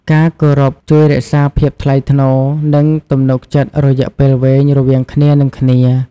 ការគោរពជួយរក្សាភាពថ្លៃថ្នូរ និងទំនុកចិត្តរយៈពេលវែងរវាងគ្នានឹងគ្នា។